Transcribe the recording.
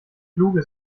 kluge